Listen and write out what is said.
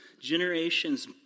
generation's